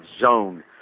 zone